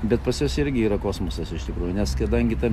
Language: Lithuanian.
bet pas juos irgi yra kosmosas iš tikrųjų nes kadangi ta